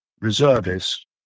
reservists